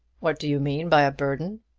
what do you mean by a burden?